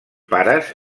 pares